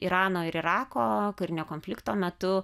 irano ir irako karinio konflikto metu